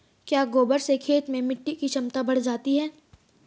क्या गोबर से खेत में मिटी की क्षमता बढ़ जाती है?